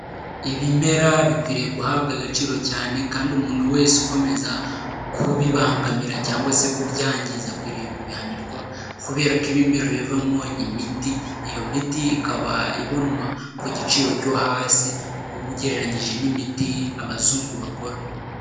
Ibimera bikwiriye guhabwa agaciro cyane kandi umuntu wese ukomeza kubibangamira cyangwa se kubyangiza akwiriye kubihanirwa, kubera ko ibimera bivamo imiti, iyo miti ikaba ibonwa ku giciro cyo hasi ugereranyije n'imiti abazungu bakora.